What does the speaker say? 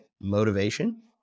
motivation